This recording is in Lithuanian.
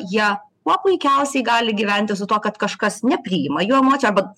jie kuo puikiausiai gali gyventi su tuo kad kažkas nepriima jo emocijų arba